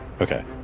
okay